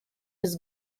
his